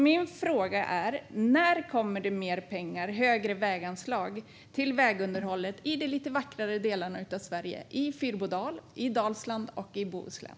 Min fråga är: När kommer det mer pengar, större väganslag, till vägunderhållet i de lite vackrare delarna av Sverige, i Fyrbodal, i Dalsland och i Bohuslän?